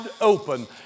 open